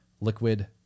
liquid